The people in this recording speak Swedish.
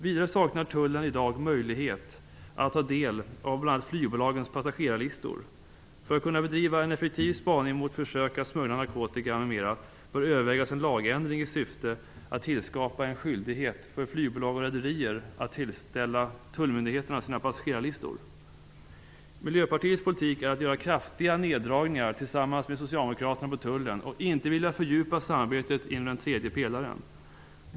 Vidare saknar tullen i dag möjlighet att ta del av bl.a. flygbolagens passagerarlistor. För att kunna bedriva en effektiv spaning mot försök att smuggla narkotika m.m. bör övervägas en lagändring i syfte att tillskapa en skyldighet för flygbolag och rederier att tillställa tullmyndigheterna sina passagerarlistor. Miljöpartiets och Socialdemokraternas politik innebär kraftiga neddragningar på tullen och att samarbetet inom den tredje pelaren inte fördjupas.